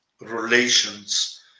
relations